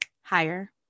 higher